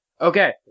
Okay